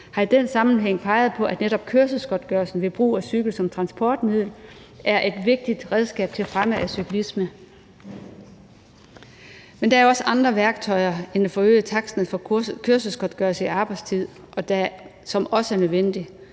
har i den sammenhæng peget på, at netop kørselsgodtgørelse ved brug af cykel som transportmiddel er et vigtigt redskab til fremme af cyklisme. Men der er også andre værktøjer end at forøge taksten for kørselsgodtgørelse i arbejdstiden, som også er nødvendige.